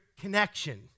connection